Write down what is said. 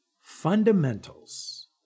Fundamentals